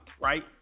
Right